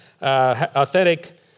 authentic